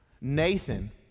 Nathan